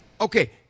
Okay